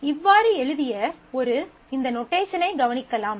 இவ்வாறு எழுதிய இந்த நொட்டேஷனைக் கவனிக்கலாம்